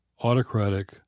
autocratic